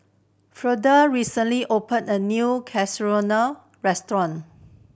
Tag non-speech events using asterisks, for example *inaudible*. *unintelligible* recently opened a new Chigenabe Restaurant